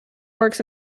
works